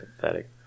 pathetic